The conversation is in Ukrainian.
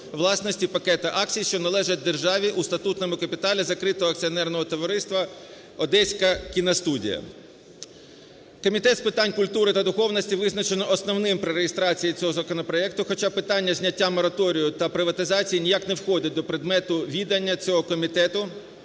власності пакету акцій, що належать державі у статному капіталі закритого акціонерного товариства Одеська кіностудія. Комітет з питань культури та духовності визначено основним при реєстрації цього законопроекту, хоча питання зняття мораторію та приватизації ніяк не входить до предмету відання цього комітет,